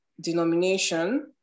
denomination